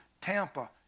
tampa